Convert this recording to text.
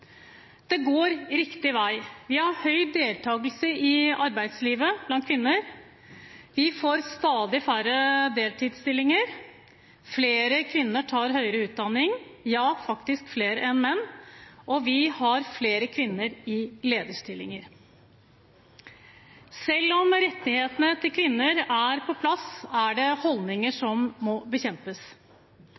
Det går riktig vei. Vi har høy deltakelse blant kvinner i arbeidslivet. Vi får stadig færre deltidsstillinger, flere kvinner tar høyere utdanning, ja, faktisk flere enn menn, og vi har flere kvinner i lederstillinger. Selv om rettighetene til kvinner er på plass, er det holdninger som må bekjempes.